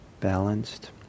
balanced